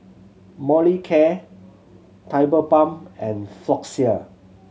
Molicare Tigerbalm and Floxia